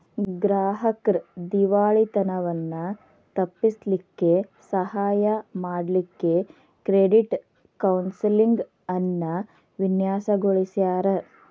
ಗ್ರಾಹಕ್ರ್ ದಿವಾಳಿತನವನ್ನ ತಪ್ಪಿಸ್ಲಿಕ್ಕೆ ಸಹಾಯ ಮಾಡ್ಲಿಕ್ಕೆ ಕ್ರೆಡಿಟ್ ಕೌನ್ಸೆಲಿಂಗ್ ಅನ್ನ ವಿನ್ಯಾಸಗೊಳಿಸ್ಯಾರ್